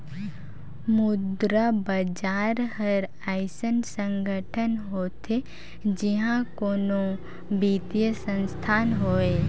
मुद्रा बजार हर अइसन संगठन होथे जिहां कोनो बित्तीय संस्थान होए